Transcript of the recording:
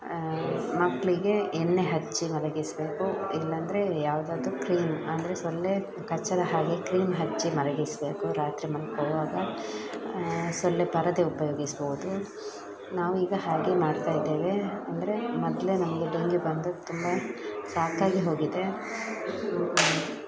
ಮಕ್ಕಳಿಗೆ ಎಣ್ಣೆ ಹಚ್ಚಿ ಮಲಗಿಸಬೇಕು ಇಲ್ಲಾಂದ್ರೆ ಯಾವುದಾದ್ರು ಕ್ರೀಮ್ ಅಂದರೆ ಸೊಳ್ಳೆ ಕಚ್ಚದ ಹಾಗೆ ಕ್ರೀಮ್ ಹಚ್ಚಿ ಮಲಗಿಸಬೇಕು ರಾತ್ರಿ ಮಲ್ಕೊಳ್ಳುವಾಗ ಸೊಳ್ಳೆ ಪರದೆ ಉಪಯೋಗಿಸ್ಬೌದು ನಾವು ಈಗ ಹಾಗೆ ಮಾಡ್ತಾಯಿದ್ದೇವೆ ಅಂದರೆ ಮೊದ್ಲೇ ನಮಗೆ ಡೆಂಗ್ಯು ಬಂದು ತುಂಬ ಸಾಕಾಗಿ ಹೋಗಿದೆ